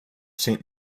saint